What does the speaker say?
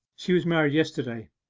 she was married yesterday!